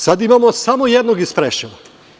Sad imamo samo jednog iz Preševa.